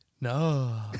No